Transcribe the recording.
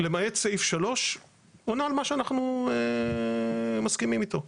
למעט סעיף 3, עונה על מה שאנחנו מסכימים איתו.